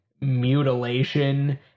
mutilation